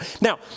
Now